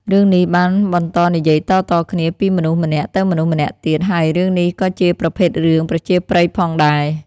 រឿងនេះបានបន្តនិយាយតៗគ្នាពីមនុស្សម្នាក់ទៅមនុស្សម្នាក់ទៀត ហើយរឿងនេះក៏ជាប្រភេទរឿងប្រជាប្រិយផងដែរ។